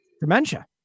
dementia